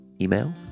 email